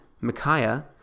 Micaiah